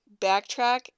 backtrack